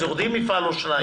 אז יורד מפעל או שניים.